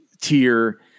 tier